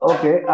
Okay